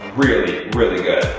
really, really good.